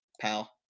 pal